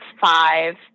five